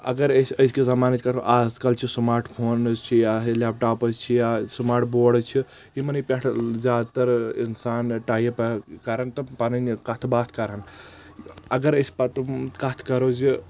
اگر أسۍ ازکہِ زمانٕچ کرو از کل چھِ سُمارٹ فونز چھِ یا لیپ ٹاپٕز چھِ یا سُمارٹ بوڑز چھِ یِمنے پٮ۪ٹھہٕ زیادٕ تر انسان ٹایپ کران تہٕ پنٕنۍ کتھہٕ باتھ کران اگر أسۍ پتہٕ کتھ کرو زِ